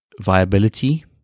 viability